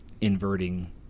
inverting